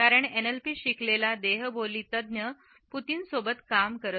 NLP शिकलेला देहबोली तज्ञ पुतीन सोबत काम करत होता